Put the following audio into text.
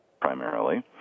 primarily